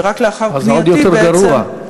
ורק לאחר פנייתי, זה עוד יותר גרוע.